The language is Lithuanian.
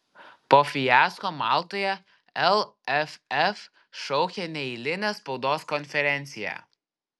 po fiasko maltoje lff šaukia neeilinę spaudos konferenciją